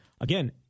again